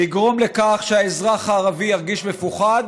לגרום לכך שהאזרח הערבי ירגיש מפוחד